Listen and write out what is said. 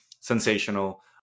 sensational